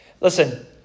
Listen